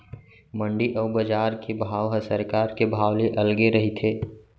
मंडी अउ बजार के भाव ह सरकार के भाव ले अलगे रहिथे